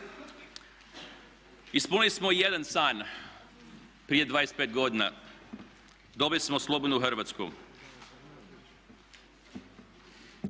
ispunili smo jedan san prije 25 godina, dobili smo slobodnu Hrvatsku.